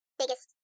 biggest